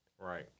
Right